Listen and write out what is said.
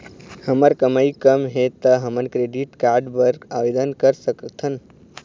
हमर कमाई कम हे ता हमन क्रेडिट कारड बर आवेदन कर सकथन?